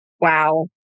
wow